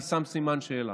אני שם סימן שאלה: